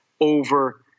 over